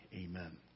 Amen